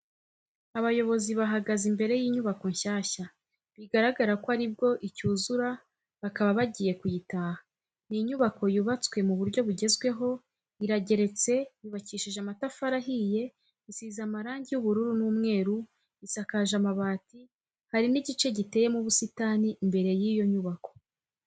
Abayobozi bahagaze imbere y'inyubako nshyashya, bigaragara ko aribwo icyuzura bakaba bagiye kuyitaha. Ni inyubako yubatswe mu buryo bugezweho, irageretse, yubakishije amatafari ahiye, isize amarangi y'ubururu n'umweru, isakaje amabati, hari n'igice giteyemo ubusitani imbere y'iyo nyubako.